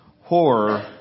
horror